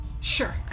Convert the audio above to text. Sure